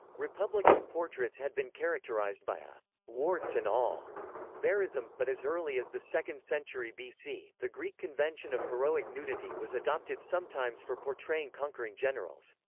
republican portraits had been characterized by a warts and all verism, but as early as the second century bc, the greek convention of heroic nudity was adopted sometimes for portraying conquering generals.